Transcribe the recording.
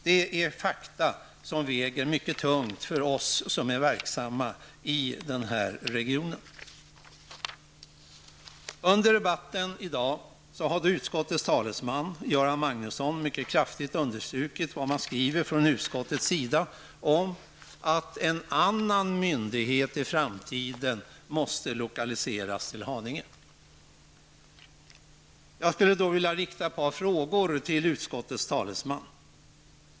Det är fakta som väger mycket tungt för oss som är verksamma i den här regionen. Under debatten i dag har utskottets talesman Göran Magnusson mycket kraftigt understrukit vad man skriver från utskottets sida om att en annan myndighet i framtiden måste lokaliseras till Haninge. Jag skulle därför vilja rikta ett par frågor till utskottets talesman.